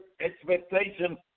expectation